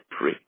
pray